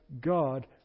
God